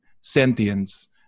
sentience